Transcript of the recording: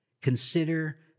consider